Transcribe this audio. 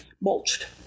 mulched